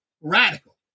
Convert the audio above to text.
radical